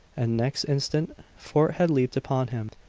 and next instant fort had leaped upon him.